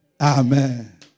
Amen